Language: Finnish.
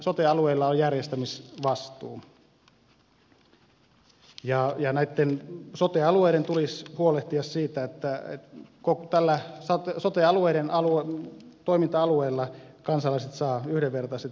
sote alueilla on järjestämisvastuu ja näitten sote alueiden tulisi huolehtia siitä että tällä sote alueiden toiminta alueella kansalaiset saavat yhdenvertaiset palvelut